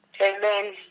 amen